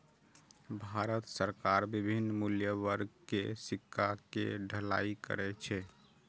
भारत सरकार विभिन्न मूल्य वर्ग के सिक्का के ढलाइ करै छै